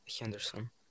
Henderson